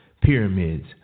Pyramids